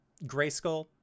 Grayskull